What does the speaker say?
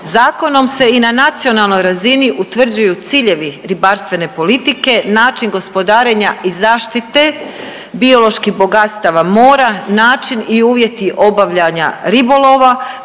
Zakonom se i na nacionalnoj razini utvrđuju ciljevi ribarstvene politike, način gospodarenja i zaštite bioloških bogatstava mora, način i uvjeti obavljanja ribolova,